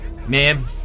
Ma'am